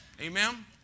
Amen